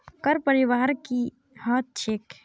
कर परिहार की ह छेक